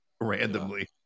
randomly